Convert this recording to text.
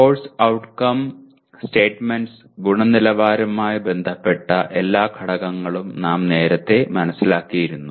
course outcome സ്റ്റെമെന്റ്സിന്റെ ഗുണനിലവാരവുമായി ബന്ധപ്പെട്ട എല്ലാ ഘടകങ്ങളും നാം നേരത്തെ മനസ്സിലാക്കിയിരുന്നു